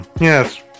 yes